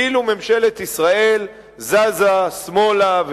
ואילו ממשלת ישראל זזה שמאלה,